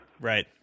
Right